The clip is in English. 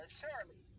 surely